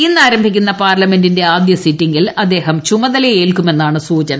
ഇന്ന് ആരംഭിക്കുന്ന പാർലമെന്റിന്റെ ആദ്യ സിറ്റിംഗിൽ അദ്ദേഹം ചുമതലയേൽക്കുമെന്നാണ് സൂചന